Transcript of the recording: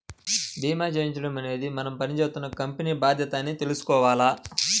భీమా చేయించడం అనేది మనం పని జేత్తున్న కంపెనీల బాధ్యత అని తెలుసుకోవాల